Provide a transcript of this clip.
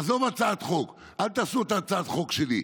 עזוב הצעת חוק, אל תעשו את הצעת החוק שלי,